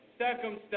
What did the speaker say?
circumstances